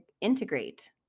integrate